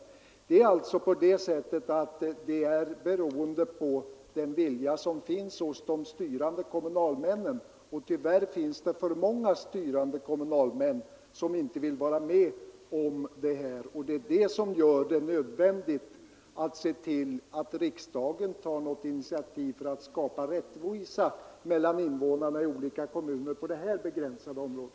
Om det sker någon omprövning av bostadstilläggen eller ej beror alltså på viljan hos de styrande kommunalmännen, och tyvärr finns det för många styrande kommunalmän som inte vill vara med om det. Därför är det nödvändigt att riksdagen tar ett initiativ för att skapa rättvisa mellan invånarna i olika kommuner på detta begränsade område.